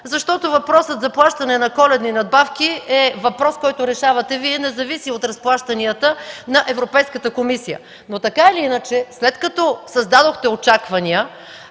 защото въпросът за плащане на коледни надбавки е въпрос, който решавате Вие и не зависи от разплащанията на Европейската комисия. Така или иначе, след като създадохте очаквания